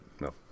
No